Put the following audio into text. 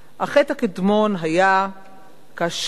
החטא הקדמון היה כאשר